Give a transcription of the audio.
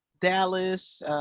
Dallas